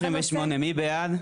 הסתייגות 28. הצבעה בעד,